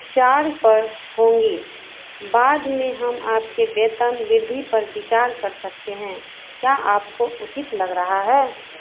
चार पर होंगे बाद में हम आपके वेतन वृद्धि पर विचार कर सकते हैं क्या आपको उचित लग रहा है